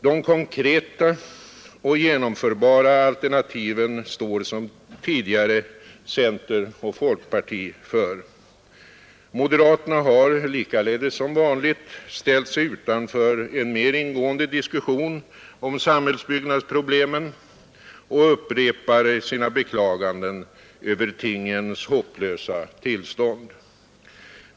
De konkreta och genomförbara alternativen står som tidigare center och folkparti för. Moderaterna har, likaledes som vanligt, ställt sig utanför en mer ingående diskussion om samhällsbyggnadsproblemen och upprepar sina beklaganden över tingens hopplösa tillstånd.